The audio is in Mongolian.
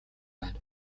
байна